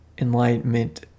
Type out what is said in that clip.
enlightenment